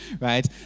right